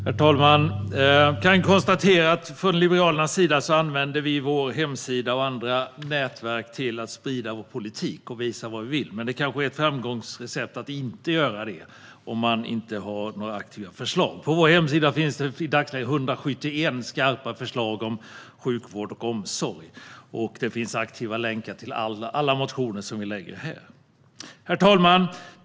Herr talman! Jag kan konstatera att vi i Liberalerna använder vår hemsida och andra nätverk till att sprida vår politik och visa vad vi vill. Men det är kanske ett framgångsrecept att inte göra det om man inte har några aktiva förslag. På vår hemsida finns i dagsläget 171 skarpa förslag om sjukvård och omsorg, och det finns aktiva länkar till alla motioner som vi har väckt här. Herr talman!